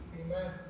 Amen